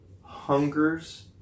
hungers